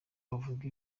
bavuga